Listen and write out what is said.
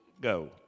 go